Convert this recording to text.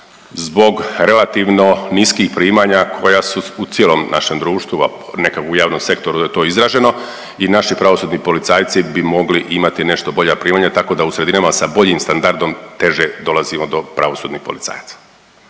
zbog relativno niskih primanja koja su u cijelom našem društvu, a nekako u javnom sektoru je to izraženo i naši pravosudni policajci bi mogli imati nešto bolja primanja, tako da u sredinama sa boljim standardom teže dolazimo do pravosudnih policajaca.